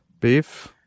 Beef